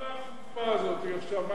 מה זה החוצפה הזאת עכשיו?